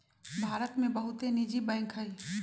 भारत में बहुते निजी बैंक हइ